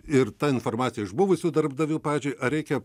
ir ta informacija iš buvusių darbdavių pavyzdžiui ar reikia